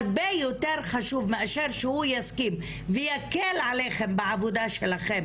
הרבה יותר חשוב מאשר שהוא יסכים ויקל עליכם בעבודה שלכם